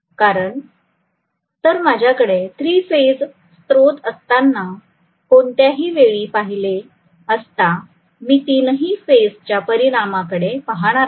तर माझ्याकडे three phase स्त्रोत असताना कोणत्याही वेळी पाहिले असता मी तीनही फेज च्या परिणामाकडे पाहणार आहे